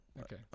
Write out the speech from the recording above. Okay